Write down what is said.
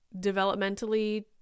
developmentally